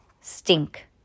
stink